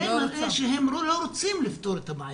זה מראה שהם לא רוצים לפתור את הבעיה.